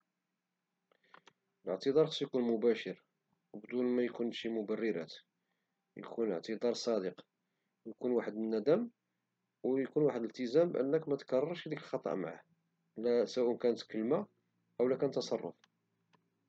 الاعتذار خصو يكون مباشر وبدون ميكونوش شي مبررات ويكون إعتذار صادق ويكون واحد الندم ويكون واحد الإلتزام بأنك متكررش ديك الخطأ معه سواء كانت كلمة أو تصرف